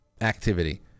activity